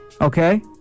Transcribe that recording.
Okay